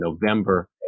November